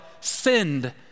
sinned